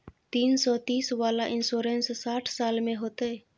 तीन सौ तीस वाला इन्सुरेंस साठ साल में होतै?